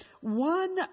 one